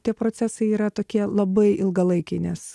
tie procesai yra tokie labai ilgalaikiai nes